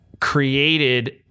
created